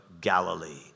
Galilee